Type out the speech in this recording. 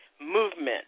Movement